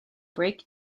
break